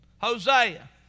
Hosea